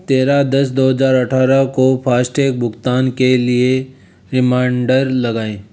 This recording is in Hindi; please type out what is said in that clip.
तेरह दस दो हजार अट्ठारह को फास्टैग भुगतान के लिए रिमाइंडर लगाएँ